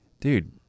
Dude